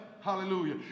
Hallelujah